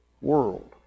world